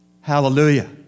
Hallelujah